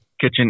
kitchen